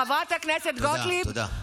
חברת הכנסת גוטליב, תודה, תודה.